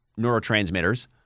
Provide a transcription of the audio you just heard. neurotransmitters